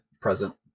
present